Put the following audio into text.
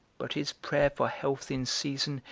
but is prayer for health in season,